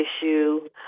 issue